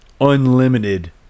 unlimited